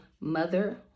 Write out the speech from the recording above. mother